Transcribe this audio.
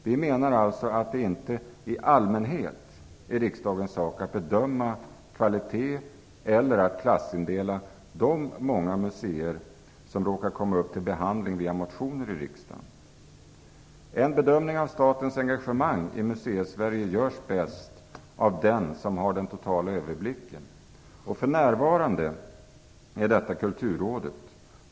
Vi menar alltså att det i allmänhet inte är riksdagens sak att bedöma kvalitet eller att klassindela de många museer som råkar komma upp till behandling via motioner till riksdagen. Museisverige görs bäst av den som har den totala överblicken - för närvarande är detta Kulturrådet.